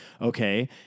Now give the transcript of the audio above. okay